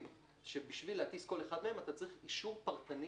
אלה אווירונים מורכבים שבשביל להטיס כל אחד מהם צריך אישור פרטני